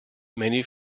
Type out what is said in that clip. many